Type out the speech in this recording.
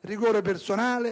rigore,